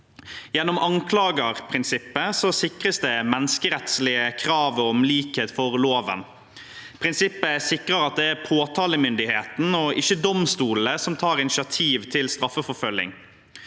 Gjennom anklageprinsippet sikres det menneskerettslige kravet om likhet for loven. Prinsippet sikrer at det er påtalemyndigheten og ikke domstolene som tar initiativ til straffeforfølging.